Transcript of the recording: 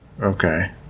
Okay